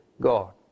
God